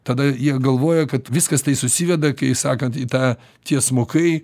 tada jie galvoja kad viskas susiveda kai sakant į tą tiesmukai